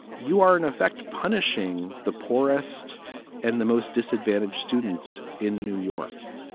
you are, in effect, punishing the poorest and the most disadvantaged students in new york.